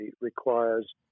requires